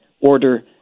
order